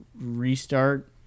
restart